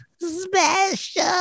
special